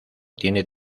tiene